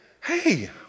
hey